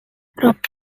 rock